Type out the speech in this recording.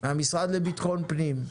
מהמשרד לביטחון פנים,